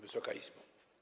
Wysoka Izbo!